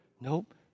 nope